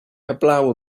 heblaw